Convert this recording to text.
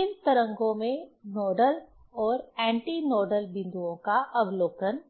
स्थिर तरंगों में नोडल और एंटी नोडल बिंदुओं का अवलोकन